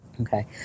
Okay